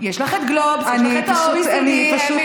יש לך את גלובס, יש לך את ה-OECD, אמילי.